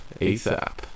ASAP